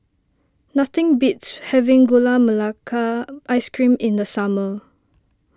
nothing beats having Gula Melaka Ice Cream in the summer